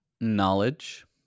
knowledge